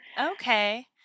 Okay